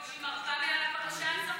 האם את באופן אישי מרפה מהפרשה הזאת?